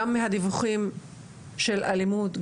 גם מהדיווחים של אלימות,